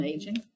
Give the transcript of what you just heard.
Aging